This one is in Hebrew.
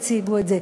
והציגו את זה.